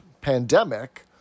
pandemic